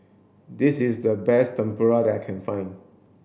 this is the best Tempura that I can find